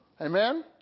Amen